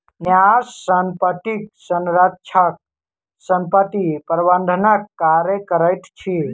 न्यास संपत्तिक संरक्षक संपत्ति प्रबंधनक कार्य करैत अछि